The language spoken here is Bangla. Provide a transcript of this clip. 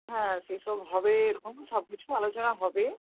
হ্যাঁ সেসব হবে এরকম সব কিছু আলোচনা হবে